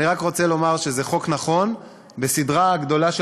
אני רק רוצה לומר שזה חוק נכון בסדרה גדולה של